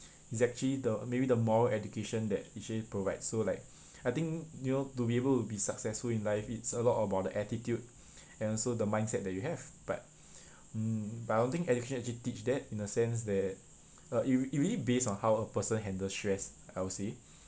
is actually the maybe the moral education that actually provides so like I think you know to be able to be successful in life it's a lot about the attitude and also the mindset that you have but mm I don't think education actually teach that in the sense that uh it it really based on how a person handle stress I will say